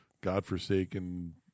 godforsaken